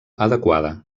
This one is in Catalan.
adequada